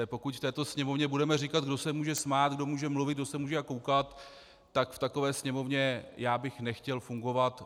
Pokud v této sněmovně budeme říkat, kdo se může smát, kdo může mluvit, kdo se může koukat, tak v takové sněmovně já bych nechtěl fungovat.